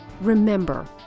remember